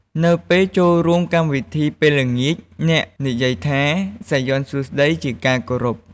នៅពេលចូលរួមកម្មវិធីពេលល្ងាច អ្នកនិយាយថា "សាយ័ន្តសួស្តី" ជាការគោរព។